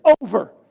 over